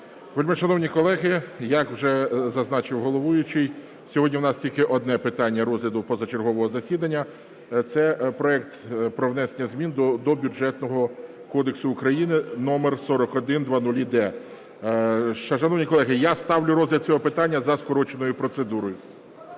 Вельмишановні колеги, як вже зазначив головуючий сьогодні, у нас тільки одне питання розгляду позачергового засіданні – це проект про внесення змін до Бюджетного кодексу України (№4100-д). Шановні колеги, я ставлю розгляд цього питання за скороченою процедурою.